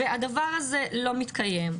והדבר הזה לא מתקיים,